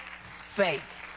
faith